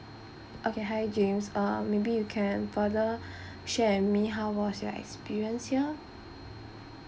okay hi james uh maybe you can further share with me how was your experience here